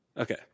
Okay